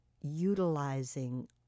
utilizing